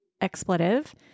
expletive